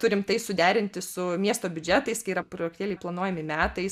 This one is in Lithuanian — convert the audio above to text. turim tai suderinti su miesto biudžetais kai yra projektėliai planuojami metais